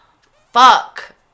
Fuck